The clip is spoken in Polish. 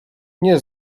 nie